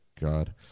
God